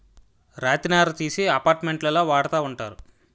రాతి నార తీసి అపార్ట్మెంట్లో వాడతా ఉంటారు